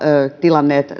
tilanneet